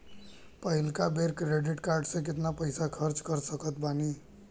पहिलका बेर credit card से केतना पईसा खर्चा कर सकत बानी?